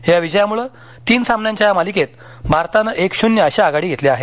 या विजयामुळं तीन सामन्यांच्या या मालिकेत भारतानं एक शून्य अशी आघाडी घेतली आहे